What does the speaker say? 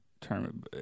term